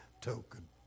token